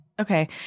Okay